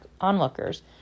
onlookers